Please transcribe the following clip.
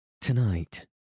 Tonight